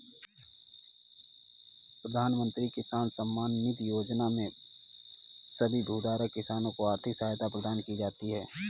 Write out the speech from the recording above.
प्रधानमंत्री किसान सम्मान निधि योजना में सभी भूधारक किसान को आर्थिक सहायता प्रदान की जाती है